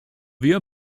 via